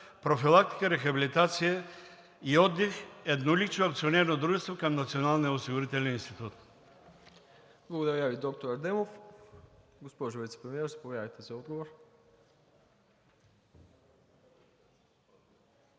профилактика, рехабилитация и отдих – еднолично акционерно дружество към Националния осигурителен институт?